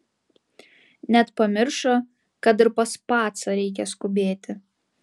net pamiršo kad ir pas pacą reikia skubėti